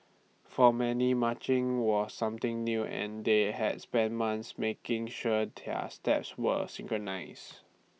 for many marching were something new and they had spent months making sure their steps were synchronised